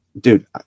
Dude